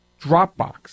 Dropbox